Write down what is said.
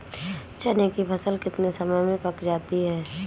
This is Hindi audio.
चने की फसल कितने समय में पक जाती है?